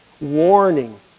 warning